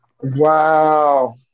Wow